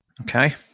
Okay